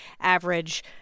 average